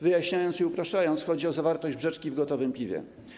Wyjaśniam i upraszczam: chodzi o zawartość brzeczki w gotowym piwie.